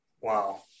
Wow